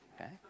okay